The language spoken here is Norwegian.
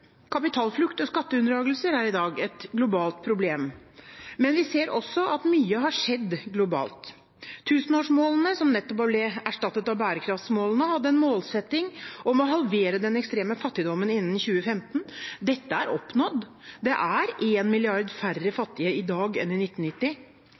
Kapitalflukt og skatteunndragelser er i dag et globalt problem, men vi ser også at mye har skjedd globalt. Tusenårsmålene, som nettopp ble erstattet av bærekraftsmålene, hadde en målsetting om å halvere den ekstreme fattigdommen innen 2015. Dette er oppnådd. Det er én milliard færre